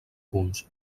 punts